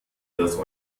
das